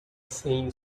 saying